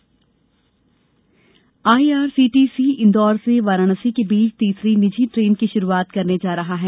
नई train IRCTC Indore से वाराणसी के बीच तीसरी निजी ट्रेन की शुरूआत करने जा रहा है